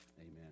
Amen